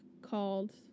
called